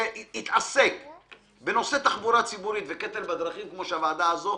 שהתעסק בנושא תחבורה הציבורית והקטל בדרכים כמו הוועדה הזו.